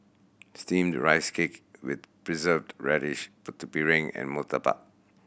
Steamed Rice Cake with Preserved Radish Putu Piring and murtabak